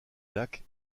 lac